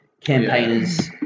campaigners